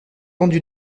tendus